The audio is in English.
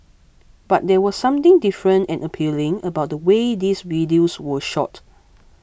but there was something different and appealing about the way these videos were shot